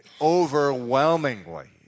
overwhelmingly